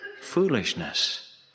foolishness